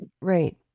Right